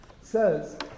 says